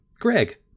Greg